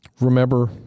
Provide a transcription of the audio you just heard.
Remember